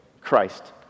Christ